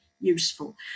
useful